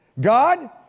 God